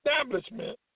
establishment